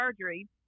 surgery